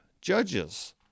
judges